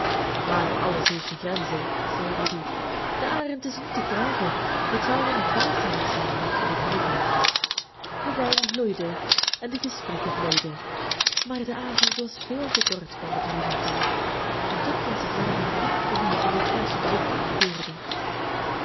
maar alles heeft zijn grenzen zei rudy de arend is niet te krijgen het zou een dwaasheid zijn dat te beproeven de wijn vloeide en de gesprekken vloeiden maar de avond was veel te kort kwam het rudy voor en toch was het na middernacht toen hij van dit eerste bezoek terugkeerde